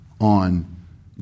on